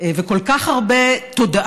אבל זה עורר בי כל כך הרבה זעם וכל כך הרבה תודעה,